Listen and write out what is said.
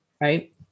right